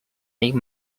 make